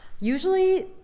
Usually